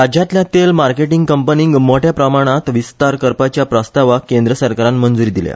राज्यांतल्या तेल मार्केटींग कंपनीक मोठ्या प्रमाणात विस्तार करपाच्या प्रस्तावाक केंद्र सरकारान मंजुरी दिल्या